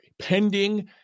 Pending